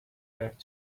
back